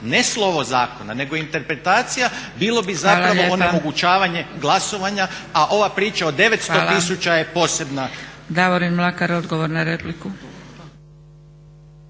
ne slovo zakona nego interpretacija bilo bi zapravo onemogućavanje glasovanja. A ova priča o 900 tisuća je posebna.